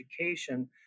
education